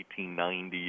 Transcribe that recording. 1890